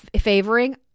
favoring